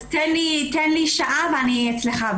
תן לי שעה ואני אצלך.